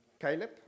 Caleb